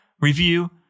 review